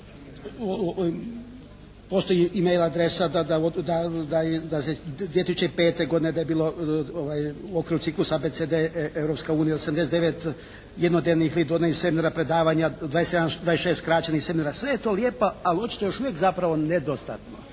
postoji e-mail adresa, da se 2005. godine da je bilo u okviru ciklusa ABCD Europska unija 89 …/Govornik se ne razumije./… seminara predavanja, 26 skraćenih seminara. Sve je to lijepo, ali očito još uvijek zapravo nedostatno.